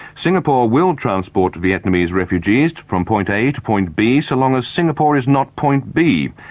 singapore will transport vietnamese refugees from point a to point b, so long as singapore is not point b.